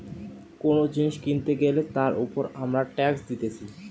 কোন জিনিস কিনতে গ্যালে তার উপর আমরা ট্যাক্স দিতেছি